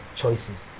choices